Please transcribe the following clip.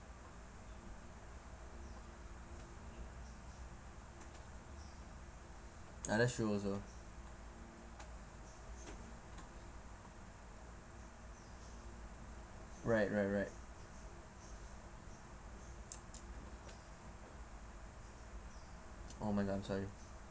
ya that's true also right right right oh my my god I'm sorry